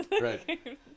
Right